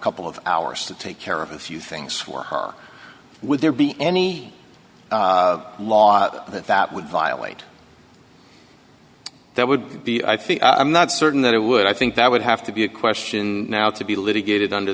couple of hours to take care of a few things for her would there be any law that would violate that would be i think i'm not certain that it would i think that would have to be a question now to be litigated under